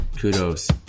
Kudos